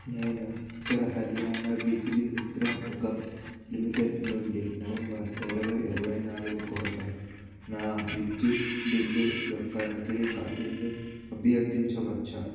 నేను ఉత్తర హర్యానా బిజ్లీ విట్రాన్ నిగమ్ లిమిటెడ్ నుండి నవంబర్ ఇరవై ఇరవై నాలుగు కోసం నా విద్యుత్ బిల్లు యొక్క నకిలీ కాపీని అభ్యర్థించవచ్చా